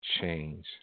change